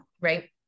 right